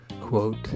quote